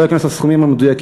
אני לא אכנס לסכומים המדויקים,